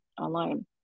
online